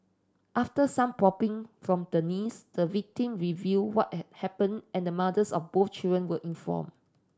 after some probing from the niece the victim reveal what had happened and mothers of both children were inform